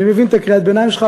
אני מבין את קריאת הביניים שלך,